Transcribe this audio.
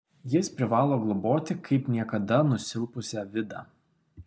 jis privalo globoti kaip niekada nusilpusią vidą